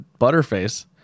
Butterface